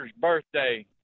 birthday